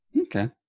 Okay